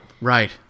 Right